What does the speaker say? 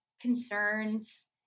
concerns